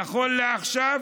נכון לעכשיו